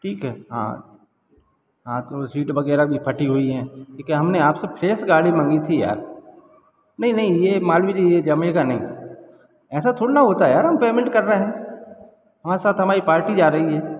ठीक है हाँ हाँ तो सीट वगैरह भी फटी हुई हैं क्योंकि हमने आपसे फ्रेस गाड़ी माँगी थी यार नहीं नहीं ये मालवी जी ये जमेगा नहीं ऐसा थोड़े ना होता है यार हम पेमेंट कर रहे हैं हमारे साथ हमारी पार्टी जा रही है